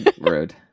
Rude